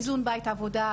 איזון בית-עבודה,